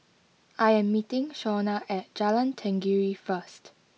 I am meeting Shawnna at Jalan Tenggiri first